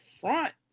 front